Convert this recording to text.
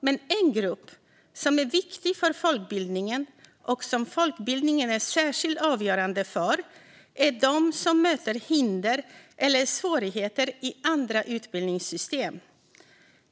Men en grupp som är viktig för folkbildningen och som folkbildningen är särskilt avgörande för är de som möter hinder eller svårigheter i andra utbildningssystem.